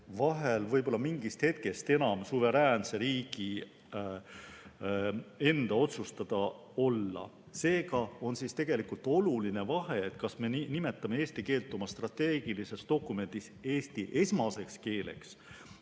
ei pruugi mingist hetkest enam suveräänse riigi enda otsustada olla. Seega on oluline vahe, kas me nimetame eesti keelt oma strateegilises dokumendis Eesti esmaseks keeleks